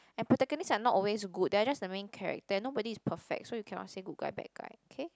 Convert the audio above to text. and protagonist are not always good they are just the main character and nobody is perfect so you cannot say good guy bad guy okay